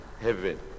heaven